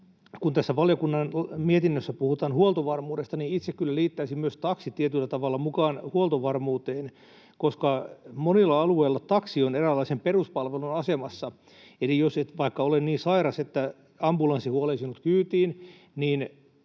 valiokunnan mietinnössä puhutaan huoltovarmuudesta, niin itse kyllä liittäisin myös taksit tietyllä tavalla mukaan huoltovarmuuteen, koska monilla alueilla taksi on eräänlaisen peruspalvelun asemassa, eli jos et vaikka ole niin sairas, että ambulanssi huolisi sinut kyytiin,